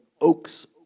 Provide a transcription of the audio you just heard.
oaks